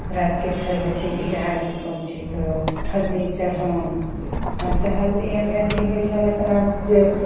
रातिके फेर होइ छै कोन चीज तऽ हल्दी चढ़ाउन आब तऽ हल्दी आओर मेहन्दी होइ छन्हि उतना जे